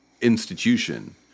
institution